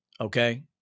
Okay